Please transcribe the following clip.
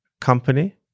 company